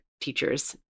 teachers